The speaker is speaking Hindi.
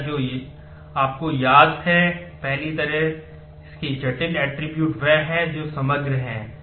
पहला जो आपको याद है पहली तरह की जटिल attribute वह है जो समग्र है